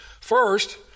First